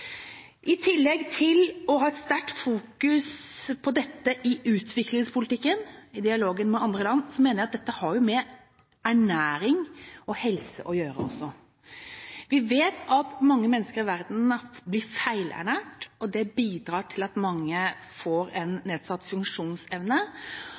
I tillegg til å fokusere sterkt på dette i utviklingspolitikken i dialogen med andre land, mener jeg at dette har med ernæring og helse å gjøre også. Vi vet at mange mennesker i verden blir feilernært, og det bidrar til at mange får